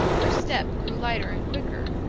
her step grew lighter and quicker,